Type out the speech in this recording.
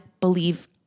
believe